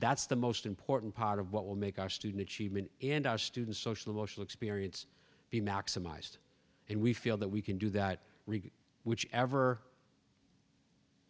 that's the most important part of what will make our student achievement and our students social emotional experience be maximized and we feel that we can do that whichever